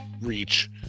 reach